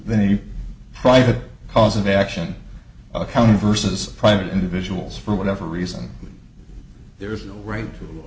very private cause of action accounting versus private individuals for whatever reason there is no right to